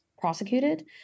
prosecuted